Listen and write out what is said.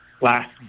last